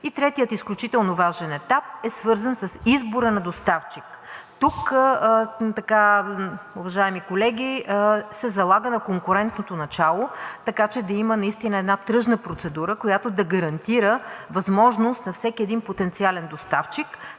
Третият изключително важен етап е свързан с избора на доставчик. Тук, уважаеми колеги, се залага на конкурентното начало, така че да има наистина една тръжна процедура, която да гарантира възможност на всеки един потенциален доставчик